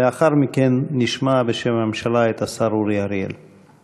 לאחר מכן נשמע, בשם הממשלה, את השר אורי אריאל.